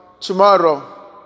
tomorrow